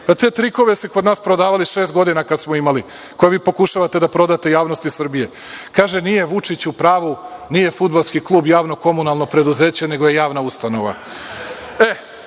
Te trikove su prodavali kod nas kada smo imali šest godina, a koje vi pokušavate da prodate javnosti Srbije. kaže – nije Vučić u pravu, nije fudbalski klub javno-komunalno preduzeće nego je javna ustanova.